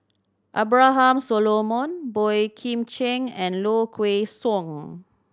Abraham Solomon Boey Kim Cheng and Low Kway Song